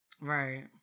Right